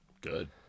Good